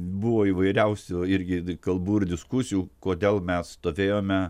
buvo įvairiausių irgi di kalbų ir diskusijų kodėl mes stovėjome